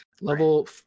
Level